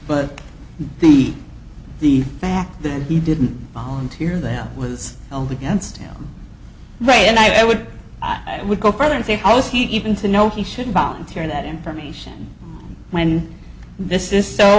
but the the fact that he didn't volunteer them was held against him right and i would i would go further and say also even to know he should volunteer that information when this is so